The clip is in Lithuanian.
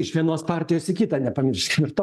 iš vienos partijos į kitą nepamirškim ir to